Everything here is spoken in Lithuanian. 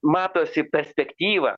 matosi perspektyva